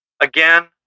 Again